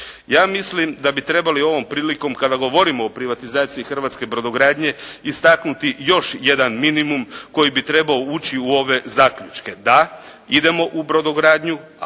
Ja mislim da bi trebalo ovom prilikom kada govorimo o privatizaciji hrvatske brodogradnje istaknuti još jedan minimum koji bi trebao ući u ove zaključke, da idemo u privatizaciju